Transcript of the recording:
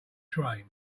train